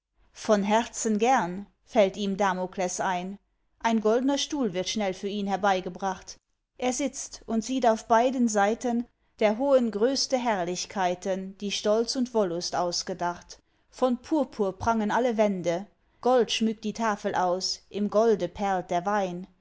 von herzen gern fällt ihm damokles ein ein goldner stuhl wird schnell für ihn herbeigebracht er sitzt und sieht auf beiden seiten der hohen größte herrlichkeiten die stolz und wollust ausgedacht von purpur prangen alle wände gold schmückt die tafel aus im golde perlt der wein